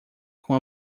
com